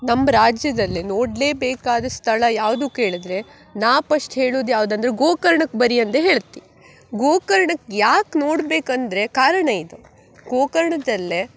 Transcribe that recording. ನಮ್ಮ ರಾಜ್ಯದಲ್ಲಿ ನೋಡಲೇಬೇಕಾದ ಸ್ಥಳ ಯಾವುದು ಕೇಳಿದ್ರೆ ನಾ ಪಸ್ಟ್ ಹೇಳುದು ಯಾವ್ದು ಅಂದ್ರೆ ಗೋಕರ್ಣಕ್ಕೆ ಬನ್ರಿ ಅಂದೆ ಹೇಳ್ತಿ ಗೋಕರ್ಣಕ್ಕೆ ಯಾಕೆ ನೋಡ್ಬೇಕು ಅಂದರೆ ಕಾರಣ ಇದು ಗೋಕರ್ಣದಲ್ಲಿ